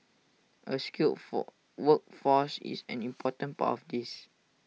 A skilled for workforce is an important part of this